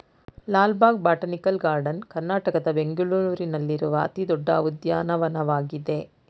Lal Bagh botanical garden ಕರ್ನಾಟಕದ ಬೆಂಗಳೂರಿನಲ್ಲಿರುವ ಅತಿ ದೊಡ್ಡ ಉದ್ಯಾನವನವಾಗಿದೆ